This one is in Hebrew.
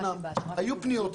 היו פניות,